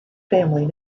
family